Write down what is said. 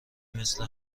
مثل